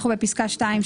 אנחנו בפסקה (2).